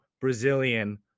Brazilian